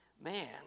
Man